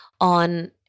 on